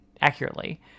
accurately